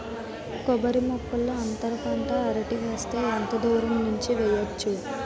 కొబ్బరి మొక్కల్లో అంతర పంట అరటి వేస్తే ఎంత దూరం ఉంచి వెయ్యొచ్చు?